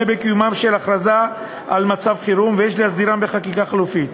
בקיומה של הכרזה על מצב חירום ויש להסדירם בחקיקה חלופית.